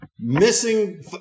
missing